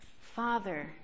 Father